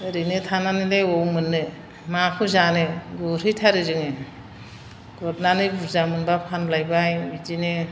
ओरैनो थानानैलाय अबाव मोननो माखौ जानो गुरहैथारो जोङो गुरनानै बुरजा मोनब्ला फानलायबाय बिदिनो